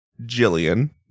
Jillian